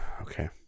Okay